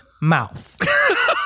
mouth